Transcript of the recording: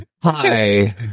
Hi